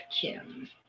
Kim